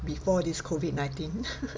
before this COVID nineteen